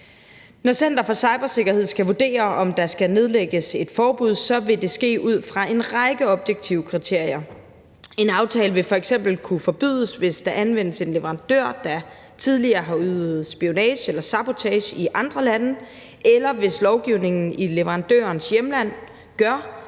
Når Center for Cybersikkerhed skal vurdere, om der skal nedlægges et forbud, vil det ske ud fra en række objektive kriterier. En aftale vil f.eks. kunne forbydes, hvis der anvendes en leverandør, der tidligere har udøvet spionage eller sabotage i andre lande, eller hvis lovgivningen i leverandørens hjemland gør,